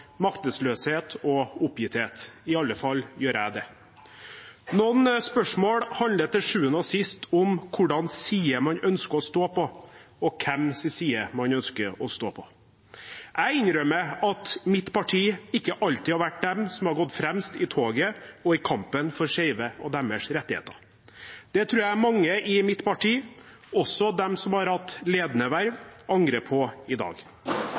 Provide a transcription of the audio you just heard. maktesløshet og oppgitthet. I alle fall gjør jeg det. Noen spørsmål handler til sjuende og sist om hvilken side man ønsker å stå på, og hvem sin side man ønsker å stå på. Jeg innrømmer at mitt parti ikke alltid har vært det som har gått fremst i toget og i kampen for skeive og deres rettigheter. Det tror jeg mange i mitt parti, også de som har hatt ledende verv, angrer på i dag.